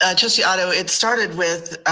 ah just the auto, it started with